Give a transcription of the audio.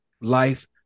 life